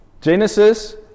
Genesis